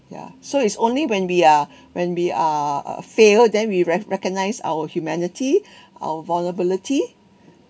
ya so it's only when we are when we are uh fail then we recog~ recognise our humanity our vulnerability